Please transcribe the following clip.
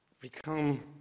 become